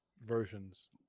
versions